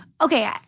okay